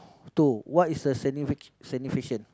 two what is a significant significance